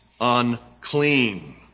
unclean